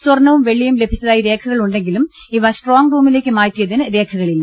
സർണ്ണവും വെള്ളിയും ലഭിച്ചതായി രേഖകളുണ്ടെങ്കിലും ഇവ സ്ട്രോങ് റൂമിലേക്ക് ് മാറ്റിയതിന് രേഖകളില്ല